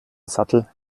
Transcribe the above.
sattel